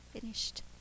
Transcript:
finished